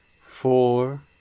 four